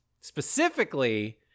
Specifically